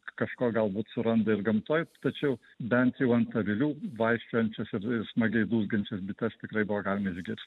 kažko galbūt suranda ir gamtoj tačiau bent jau ant avilių vaikščiojančias ir ir smagiai dūzgiančias bites tikrai buvo galima išgirs